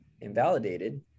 invalidated